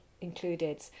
included